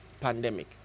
pandemic